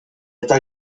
eta